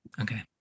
Okay